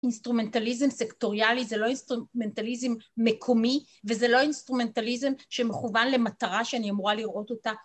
אינסטרומנטליזם סקטוריאלי זה לא אינסטרומנטליזם מקומי וזה לא אינסטרומנטליזם שמכוון למטרה שאני אמורה לראות אותה